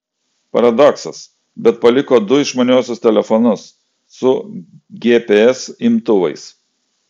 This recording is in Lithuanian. paradoksas bet paliko du išmaniuosius telefonus su gps imtuvais